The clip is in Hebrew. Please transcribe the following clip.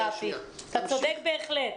רפי, אתה צודק בהחלט.